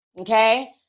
Okay